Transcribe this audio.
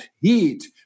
heat